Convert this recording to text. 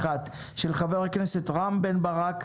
של חה"כ רם בן ברק,